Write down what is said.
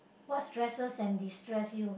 what stressed and distressed you